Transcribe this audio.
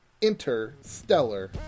interstellar